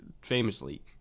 famously